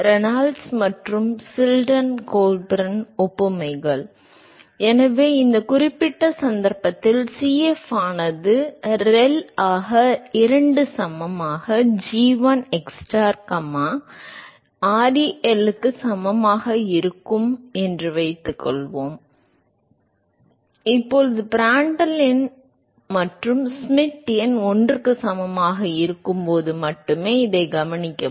Reynolds மற்றும் Chilton Colburn ஒப்புமைகள் எனவே இந்த குறிப்பிட்ட சந்தர்ப்பத்தில் Cf ஆனது ReL ஆக 2 சமமாக g1 xstar கமா ReL க்கு சமமாக இருக்கும் என்று வைத்துக்கொள்வோம் இப்போது பிராண்டட்ல் எண் மற்றும் ஷ்மிட் எண் 1 க்கு சமமாக இருக்கும் போது மட்டுமே கவனிக்கவும்